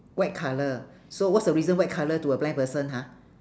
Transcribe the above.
white colour so what's the reason white colour to a blind person ha